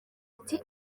ati